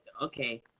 okay